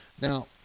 Now